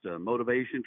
Motivation